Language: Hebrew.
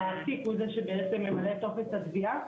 המעסיק הוא זה שבעצם ממלא את טופס התביעה.